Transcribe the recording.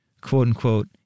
quote-unquote